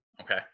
Okay